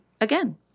again